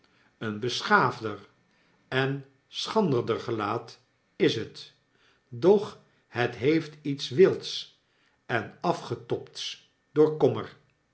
een beschaafder en schranderder gelaat is het doch het heeft iets wilds en afgetobs door kommer